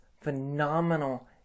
phenomenal